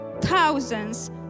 thousands